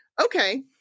Okay